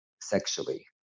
sexually